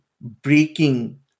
breaking